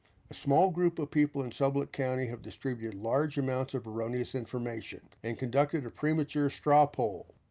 a small group of people in sublette county have distributed large amounts of erroneous information and conducted a premature straw poll.